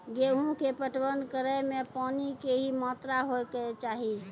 गेहूँ के पटवन करै मे पानी के कि मात्रा होय केचाही?